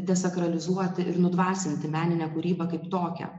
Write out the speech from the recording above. desakralizuoti ir nudvasinti meninę kūrybą kaip tokią